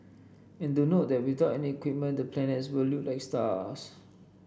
and do note that without any equipment the planets will look like stars